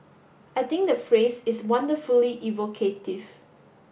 i think the phrase is wonderfully evocative